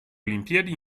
olimpiadi